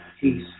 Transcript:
peace